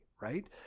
Right